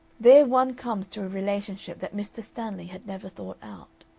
there one comes to a relationship that mr. stanley had never thought out.